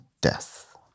death